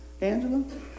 Angela